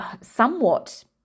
somewhat